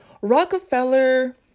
Rockefeller